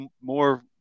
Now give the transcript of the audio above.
more